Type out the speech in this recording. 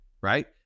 right